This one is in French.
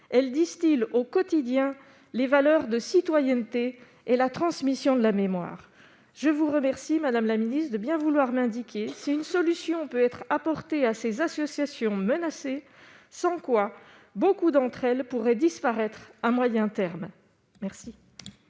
elles disent-ils au quotidien les valeurs de citoyenneté et la transmission de la mémoire, je vous remercie, Madame la Ministre, de bien vouloir m'indiquer si une solution peut être apportée à ces associations menacées, sans quoi beaucoup d'entre elles pourraient disparaître à moyen terme. Merci,